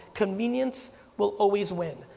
convenience will always win.